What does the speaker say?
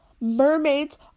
Mermaids